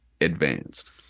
advanced